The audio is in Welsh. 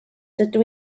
dydw